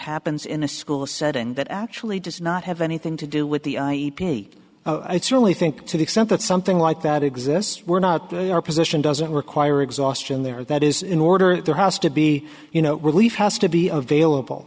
happens in a school setting that actually does not have anything to do with the it's really think to the extent that something like that exists we're not position doesn't require exhaustion there that is in order that there has to be you know relief has to be available